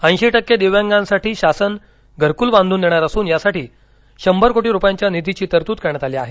ऐशीटक्के दिव्यांगासाठी शासन घरकूल बांधून देणार असून यासाठी शंभर कोटी रुपयांच्या निधीची तरतूद करण्यात आली आहे